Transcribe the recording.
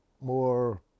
more